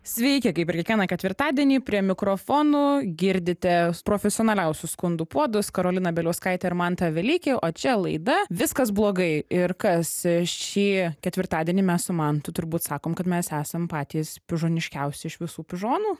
sveiki kaip ir kiekvieną ketvirtadienį prie mikrofonų girdite profesionaliausius skundų puodus karoliną bieliauskaitę ir mantą velykį o čia laida viskas blogai ir kas šį ketvirtadienį mes su mantu turbūt sakom kad mes esam patys pižoniškiausi iš visų pižonų